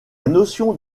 notion